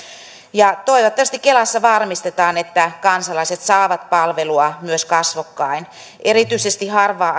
toivottavasti kelassa varmistetaan että kansalaiset saavat palvelua myös kasvokkain erityisesti harvaan